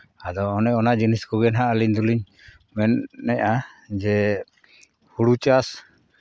ᱟᱫᱚ ᱚᱱᱮ ᱚᱱᱟ ᱡᱤᱱᱤᱥ ᱠᱚᱜᱮ ᱦᱟᱸᱜ ᱟᱹᱞᱤᱧ ᱫᱚᱞᱤᱧ ᱢᱮᱱᱮᱫᱼᱟ ᱡᱮ ᱦᱩᱲᱩ ᱪᱟᱥ